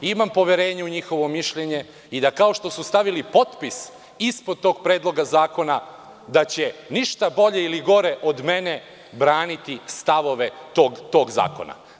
Imam poverenje u njihovo mišljenje i da će, kao što su stavili potpis ispod tog predloga zakona, ništa bolje ili gore od mene braniti stavove tog zakona.